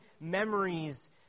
memories